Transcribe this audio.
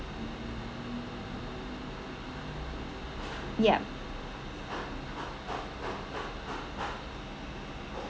yup